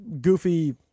goofy